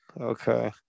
okay